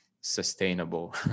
sustainable